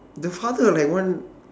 the father like one